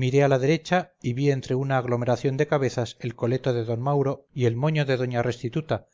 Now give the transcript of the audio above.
miré a la derecha y vi entre una aglomeración de cabezas el coleto de d mauro y el moño de doña restituta